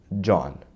John